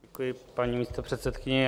Děkuji, paní místopředsedkyně.